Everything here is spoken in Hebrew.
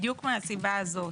בדיוק מהסיבה הזאת